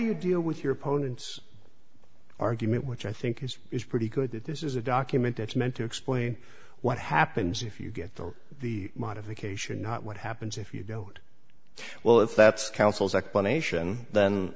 you deal with your opponents argument which i think is pretty good that this is a document that's meant to explain what happens if you get there the modification what happens if you don't well if that's counsel's explanation then